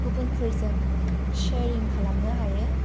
गुबुनफोरजों शेरिं खालामनो हायो